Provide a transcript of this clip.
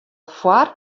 foar